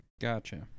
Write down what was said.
gotcha